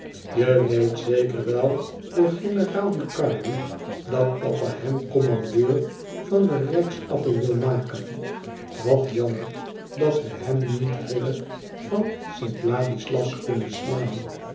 je weet zeker wel door generaal ducardi dat papa hem commandeur van den rijksappel wil maken wat jammer dat we hem niet ridder van st ladislas kunnen slaan